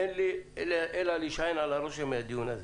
אין לי אלא להישען על הרושם מהדיון הזה.